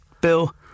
Bill